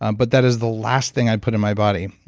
um but that is the last thing i'd put in my body,